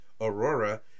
Aurora